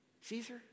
Caesar